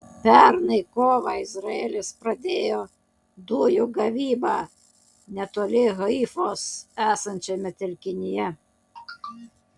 pernai kovą izraelis pradėjo dujų gavybą netoli haifos esančiame telkinyje